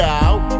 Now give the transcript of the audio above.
out